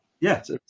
Yes